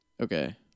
Okay